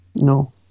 No